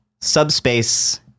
Subspace